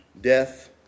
death